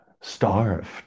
starved